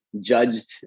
judged